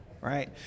right